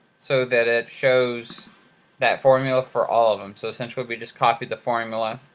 so that it shows that formula for all of them, so essentially we just copied the formula.